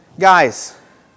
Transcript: guys